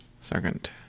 Second